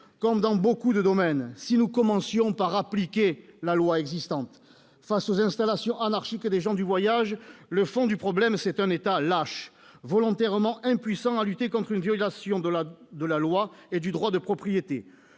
Comme dans beaucoup d'autres domaines, il faudrait commencer par appliquer la loi existante. Face aux installations anarchiques des gens du voyage, le fond du problème, c'est un État lâche, volontairement impuissant à lutter contre une violation de la loi et du droit de propriété.